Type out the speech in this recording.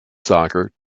soccer